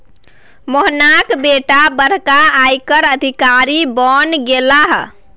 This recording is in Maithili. मोहनाक बेटा बड़का आयकर अधिकारी बनि गेलाह